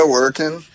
working